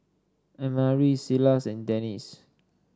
Annmarie Silas and Dennis